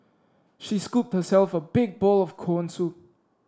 she scooped herself a big bowl of corn soup